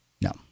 No